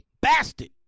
bastard